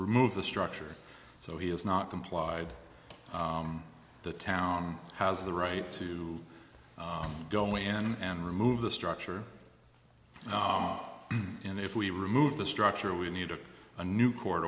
remove the structure so he has not complied the town has the right to go in and remove the structure and if we remove the structure we needed a new court